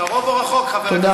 מה